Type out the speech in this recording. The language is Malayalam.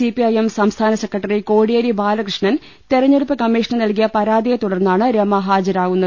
സിപിഐഎം സ്ഠ്സ്ഥാന സെക്രട്ടറി കോടി യേരി ബാലകൃഷ്ണൻ തെരഞ്ഞെടൂപ്പ് കമ്മീഷന് നൽകിയ പരാ തിയെ തുടർന്നാണ് രമ ഹാജരാവുന്നത്